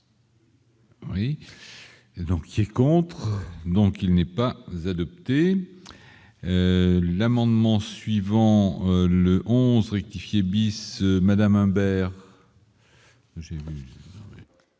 Oui, et donc ces contre, donc il n'est pas adopté l'amendement suivant le 11 rectifier bis Madame Imbert.